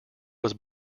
was